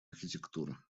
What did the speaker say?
архитектуры